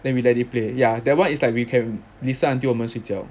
then we let it play ya that one is like we can listen until 我们睡觉